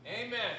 Amen